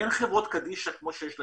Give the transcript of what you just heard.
אין חברות קדישא, כמו שיש ליהודים.